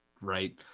right